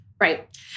Right